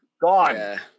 Gone